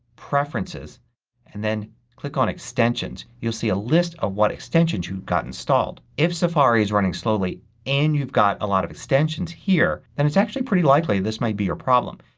preferences and then click on extensions. you'll see a list of what extensions you've got installed. if safari is running slowly and you've got a lot of extensions here then it's actually pretty likely this may be your problem.